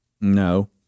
No